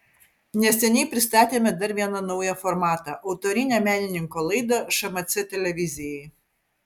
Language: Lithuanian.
neseniai pristatėme dar vieną naują formatą autorinę menininko laidą šmc televizijai